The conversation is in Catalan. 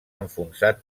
enfonsat